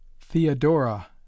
Theodora